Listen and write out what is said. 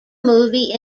movie